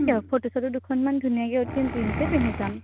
photo চটো দুখনমান ধুনীয়াকে উঠিম জিন্ছেসই পিন্ধি যাম